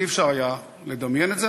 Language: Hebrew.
אי-אפשר היה לדמיין את זה,